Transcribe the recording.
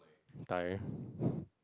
Thai